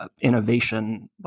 innovation